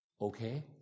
Okay